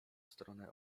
stronę